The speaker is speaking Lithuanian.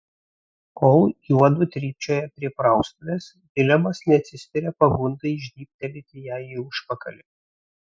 kol juodu trypčioja prie praustuvės vilemas neatsispiria pagundai žnybtelėti jai į užpakalį